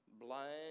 blind